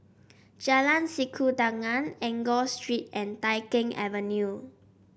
Jalan Sikudangan Enggor Street and Tai Keng Avenue